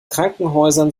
krankenhäusern